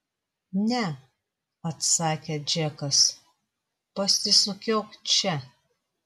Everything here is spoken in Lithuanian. ne atsakė džekas pasisukiok čia